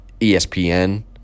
ESPN